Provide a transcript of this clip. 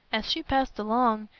as she passed along,